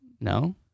No